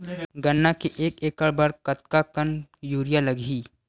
गन्ना के एक एकड़ फसल बर कतका कन यूरिया लगही?